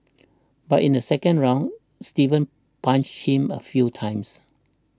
but in the second round Steven punched him a few times